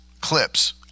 clips